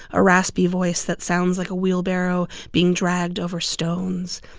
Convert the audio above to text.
a raspy voice that sounds like a wheelbarrow being dragged over stones.